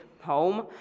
home